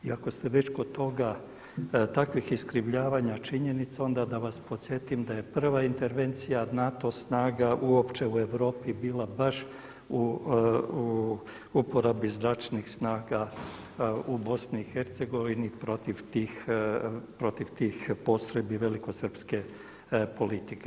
I ako ste već kod toga, takvih iskrivljavanja činjenica onda da vas podsjetim da je prva intervencija NATO snaga uopće u Europi bila baš u uporabi zračnih snaga u BiH protiv tih postrojbi velikosrpske politike.